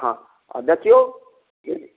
हाँ आ देखियौ ई